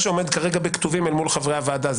מה שעומד כרגע בכתובים אל מול חברי הוועדה זה